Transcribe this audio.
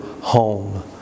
home